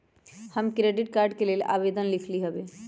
हम credit card के लेल आवेदन लिखली हबे